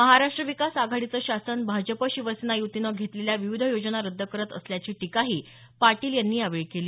महाराष्ट्र विकास आघाडीचं शासन भाजप शिवसेना युतीनं घेतलेल्या विविध योजना रद्द करत असल्याची टीकाही पाटील यांनी यावेळी केली